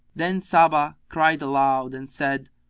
then sabbah cried aloud and said,